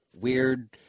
weird